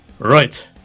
right